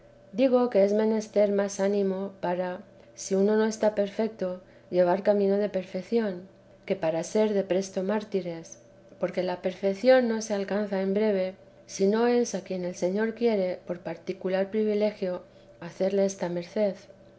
digo que es menester más ánimo para si uno no está perfeto llevar camino de perfeción que para ser de presto mártires porque la perfección no se alcanza en breve sino es a quien el señor quiere por particular privilegio hacerle esta merced